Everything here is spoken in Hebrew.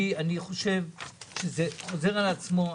אני חושב שזה חוזר על עצמו,